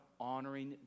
honoring